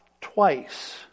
twice